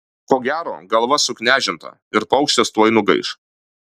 ko gero galva suknežinta ir paukštis tuoj nugaiš